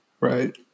Right